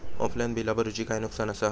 Offline बिला भरूचा काय नुकसान आसा?